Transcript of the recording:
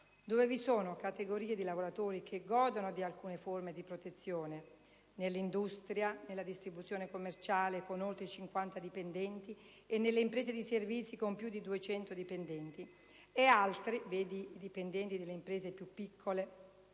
cui vi sono categorie di lavoratori che godono di alcune forme di protezione (nell'industria, nella distribuzione commerciale con oltre 50 dipendenti e nelle imprese di servizi con più di 200 dipendenti) e altre (i dipendenti delle imprese più piccole,